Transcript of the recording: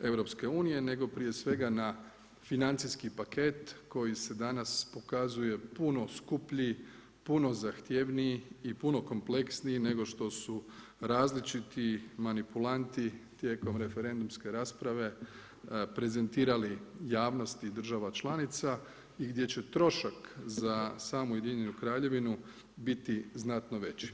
EU-a nego prije svega na financijski paket koji se danas pokazao puno skuplji, puno zahtjevniji i puno kompleksniji nego što su različiti manipulanti tijekom referendumske rasprave prezentirali javnosti država članica i gdje će trošak za samu Ujedinjenu Kraljevinu biti znatno veći.